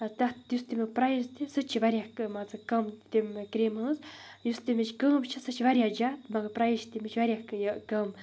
تَتھ یُس تَمیُک پرٛایِز تہِ سُہ تہِ چھِ واریاہ مان ژٕ کَم تِمہٕ کِرٛیٖمہٕ ہٕنٛز یُس تمِچ کٲم چھِ سُہ چھِ واریاہ زیادٕ مگر پرٛایز چھِ تیٚمِچ واریاہ یہِ کَم